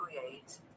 create